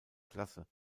klasse